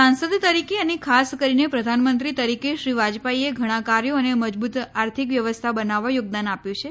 સાંસદ તરીકે અને ખાસ કરીને પ્રધાનમંત્રી તરીકે શ્રી વાજપાઈએ ઘણાં કાર્યો અને મજબૂત આર્થિક વ્યવસ્થા બનાવવા યોગદાન આપ્યું છે